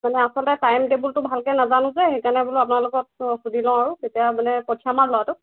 মানে আচলতে টাইম টেবুলটো ভালকৈ নাজানোঁ যে সেইকাৰণে বোলো আপোনাৰ লগত সুধি লওঁ আৰু তেতিয়া মানে পঠিয়াম আৰু ল'ৰাটোক